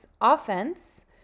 offense